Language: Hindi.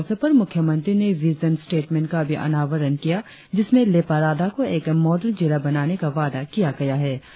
इस अवसर पर मुख्यमंत्री ने विजन स्टेटमेंट का भी अनावरण किया जिसमें लेपा राडा को एक मॉडल जिला बनाने का वादा किया गया है